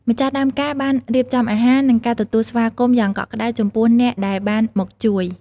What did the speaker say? ម្ចាស់ដើមការបានរៀបចំអាហារ និងការទទួលស្វាគមន៍យ៉ាងកក់ក្ដៅចំពោះអ្នកដែលបានមកជួយ។